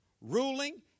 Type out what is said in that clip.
ruling